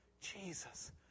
Jesus